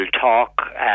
talk